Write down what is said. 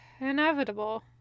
inevitable